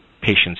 patients